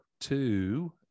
two